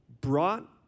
brought